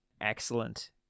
excellent